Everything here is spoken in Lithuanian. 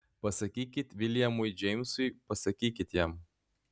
pasakykit viljamui džeimsui pasakykit jam